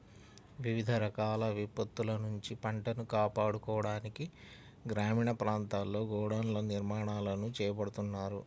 వివిధ రకాల విపత్తుల నుంచి పంటను కాపాడుకోవడానికి గ్రామీణ ప్రాంతాల్లో గోడౌన్ల నిర్మాణాలను చేపడుతున్నారు